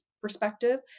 perspective